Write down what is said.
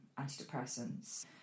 antidepressants